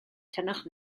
tynnwch